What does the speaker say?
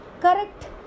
Correct